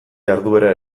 jarduera